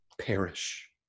perish